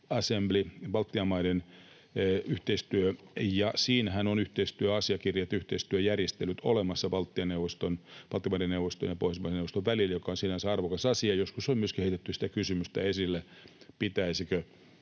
Assembly, Baltian maiden yhteistyö, ja siinähän on yhteistyöasiakirjat, yhteistyöjärjestelyt, olemassa Baltian maiden neuvoston ja Pohjoismaiden neuvoston välillä, joka on sinänsä arvokas asia. Joskus on myöskin heitetty sitä kysymystä esille, pitäisikö